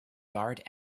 guard